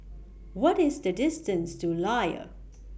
What IS The distance to Layar